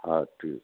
हा ठीकु